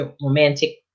romantic